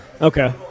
Okay